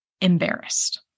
embarrassed